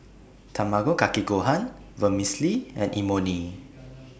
Tamago Kake Gohan Vermicelli and Imoni